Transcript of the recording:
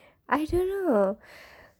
I don't know